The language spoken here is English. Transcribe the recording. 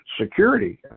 security